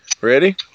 Ready